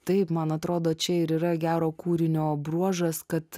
taip man atrodo čia ir yra gero kūrinio bruožas kad